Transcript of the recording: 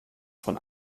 von